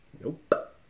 Nope